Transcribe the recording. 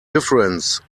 difference